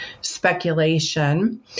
speculation